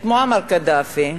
את מועמר קדאפי,